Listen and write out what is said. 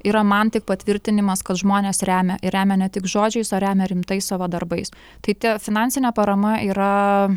yra man tik patvirtinimas kad žmonės remia ir remia ne tik žodžiais o remia rimtais savo darbais tai tie finansinė parama yra